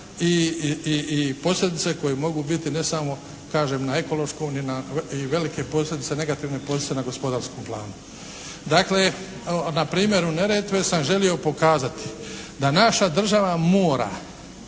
i posljedice koje mogu biti ne samo kažem na ekološkom i velike posljedice negativne posljedice na gospodarskom planu. Dakle, na primjeru Neretve sam želio pokazati da naša država mora